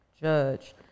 judge